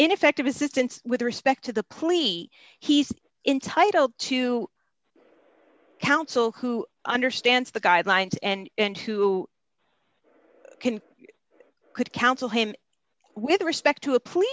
ineffective assistance with respect to the plea he's intitled to counsel who understands the guidelines and who can could counsel him with respect to a p